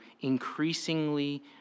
increasingly